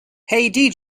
hey